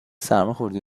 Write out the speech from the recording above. سرماخوردی